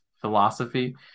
philosophy